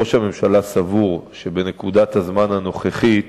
ראש הממשלה סבור שבנקודת הזמן הנוכחית,